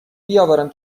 بیاورم